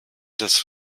das